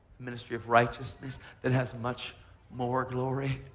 ministry of righteousness that has much more glory.